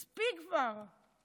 מספיק כבר.